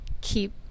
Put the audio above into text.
keep